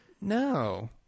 no